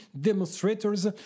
demonstrators